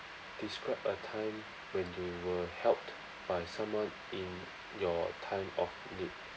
describe a time when you were helped by someone in your time of need